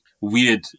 weird